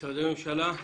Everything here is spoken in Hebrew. משרדי ממשלה.